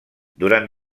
durant